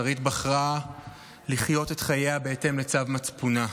שרית בחרה לחיות את חייה בהתאם לצו מצפונה.